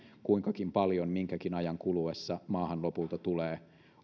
kuinkakin paljon minkäkin ajan kuluessa maahan lopulta tulee